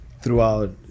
throughout